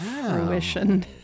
fruition